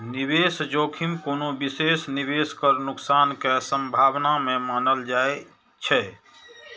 निवेश जोखिम कोनो विशेष निवेश पर नुकसान के संभावना के मानल जाइ छै